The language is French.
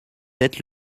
êtes